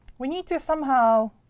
we need to somehow